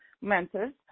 mentors